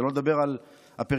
שלא לדבר על הפריפריה,